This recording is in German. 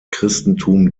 christentum